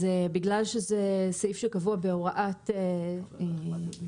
בגלל שזה סעיף שקבוע בהוראת מעבר,